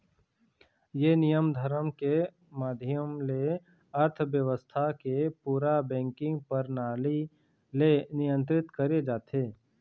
ये नियम धरम के माधियम ले अर्थबेवस्था के पूरा बेंकिग परनाली ले नियंत्रित करे जाथे